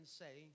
say